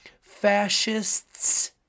fascists